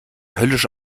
höllisch